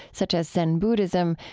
such as zen buddhism,